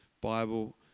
Bible